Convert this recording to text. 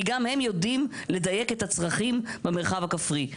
כי גם הם יודעים לדייק את הצרכים במרחב הכפרי.